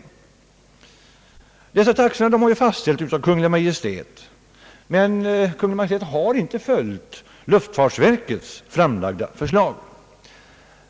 Dessa taxor har fastställts av Kungl. Maj:t, men Kungl. Maj:t har inte följt luftfartsverkets framlagda förslag.